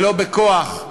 ולא בכוח,